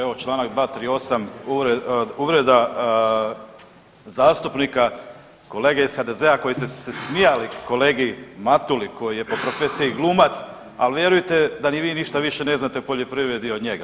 Evo čl. 238., uvreda zastupnika kolege iz HDZ-a koji su se smijali kolegi Matuli koji je po profesiji glumac, al vjerujte da ni vi ništa više ne znate o poljoprivredi od njega.